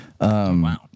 Wow